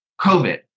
COVID